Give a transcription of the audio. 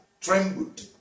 trembled